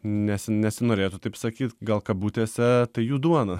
nes nesinorėtų taip sakyti gal kabutėse ta jų duona